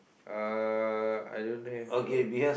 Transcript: uh I don't have a